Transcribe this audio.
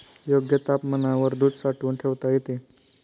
योग्य तापमानावर दूध साठवून ठेवता येते